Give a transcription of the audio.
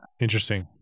Interesting